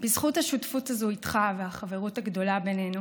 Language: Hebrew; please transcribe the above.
בזכות השותפות הזאת איתך והחברות הגדולה בינינו